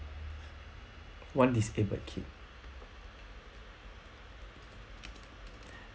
one disabled kid